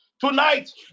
tonight